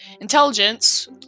intelligence